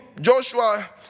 Joshua